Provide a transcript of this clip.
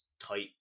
type